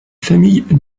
famille